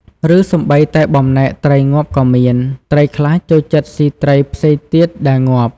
ឬសូម្បីតែបំណែកត្រីងាប់ក៏មាន ត្រីខ្លះចូលចិត្តស៊ីត្រីផ្សេងទៀតដែលងាប់។